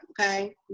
okay